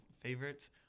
favorites